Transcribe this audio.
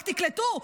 רק תקלטו,